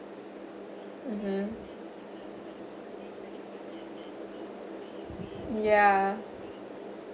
mmhmm ya